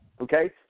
Okay